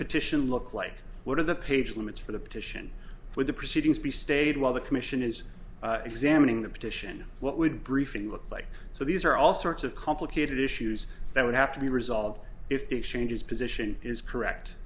petition look like what are the page limits for the petition for the proceedings be stayed while the commission is examining the petition what would briefing look like so these are all sorts of complicated issues that would have to be resolved if the exchanges position is correct